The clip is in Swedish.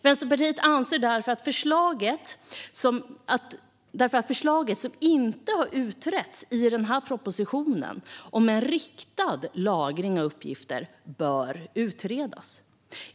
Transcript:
Vänsterpartiet anser därför att förslaget om riktad lagring av uppgifter, som inte har utretts i propositionen, bör utredas.